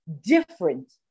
different